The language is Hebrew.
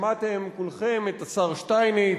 שמעתם כולכם את השר שטייניץ,